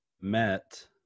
met